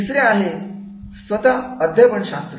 तिसरे आहे स्वतः अध्यापन शास्त्र